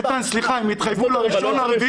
איתן, סליחה, הם התחייבו ב-1.4.2019.